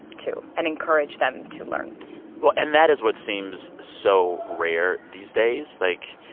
too, and encourage them to learn well, and that is what seems so rare these days. like,